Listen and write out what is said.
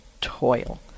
toil